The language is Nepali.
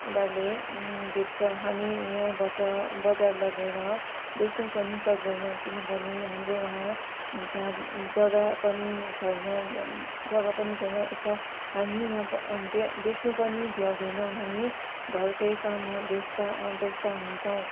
उनीहरूले बेच्छ हामी यहाँबाट बजार लगेर बेच्नु पनि सक्दैनौँ किनभने हाम्रो वहाँ त्यहाँ जग्गा पनि छैन जग्गा पनि छैन एक त हामी यहाँ ब बेच्नु पनि भ्याउदैनौँ हामी घरकै काममा व्यस्त व्यस्त हुन्छौँ